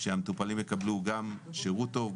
שהמטופלים יקבלו גם שירות טוב,